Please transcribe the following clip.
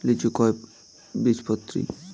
লিচু কয় বীজপত্রী?